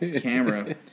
camera